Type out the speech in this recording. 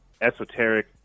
esoteric